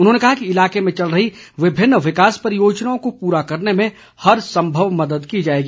उन्होंने कहा कि इलाके में चल रही विभिन्न विकास परियोजनाओं को पूरा करने में हर संभव मद्द की जाएगी